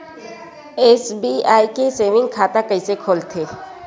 SBI के saving खाता कइसे खोलथे?